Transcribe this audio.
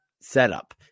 setup